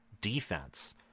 defense